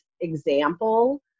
example